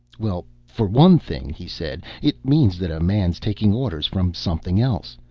well for one thing, he said, it means that a man's taking orders from something else.